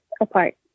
apart